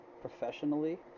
professionally